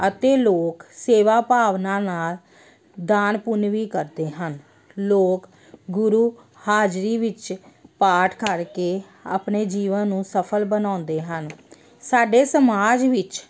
ਅਤੇ ਲੋਕ ਸੇਵਾ ਭਾਵਨਾ ਨਾਲ ਦਾਨ ਪੁੰਨ ਵੀ ਕਰਦੇ ਹਨ ਲੋਕ ਗੁਰੂ ਹਾਜ਼ਰੀ ਵਿੱਚ ਪਾਠ ਕਰਕੇ ਆਪਣੇ ਜੀਵਨ ਨੂੰ ਸਫਲ ਬਣਾਉਂਦੇ ਹਨ ਸਾਡੇ ਸਮਾਜ ਵਿੱਚ